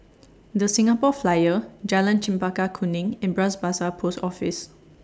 The Singapore Flyer Jalan Chempaka Kuning and Bras Basah Post Office